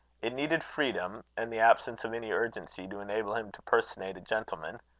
it needed freedom, and the absence of any urgency, to enable him to personate a gentleman.